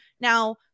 Now